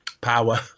power